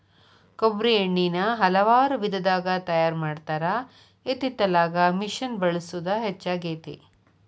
ಕೊಬ್ಬ್ರಿ ಎಣ್ಣಿನಾ ಹಲವಾರು ವಿಧದಾಗ ತಯಾರಾ ಮಾಡತಾರ ಇತ್ತಿತ್ತಲಾಗ ಮಿಷಿನ್ ಬಳಸುದ ಹೆಚ್ಚಾಗೆತಿ